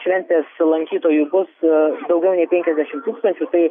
šventės lankytojų bus a daugiau nei penkiasdešimt tūkstančių tai